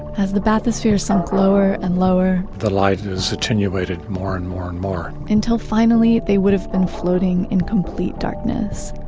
as the bathysphere sunk lower and lower the light is attenuated more, and more, and more until finally they would have been floating in complete darkness.